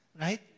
right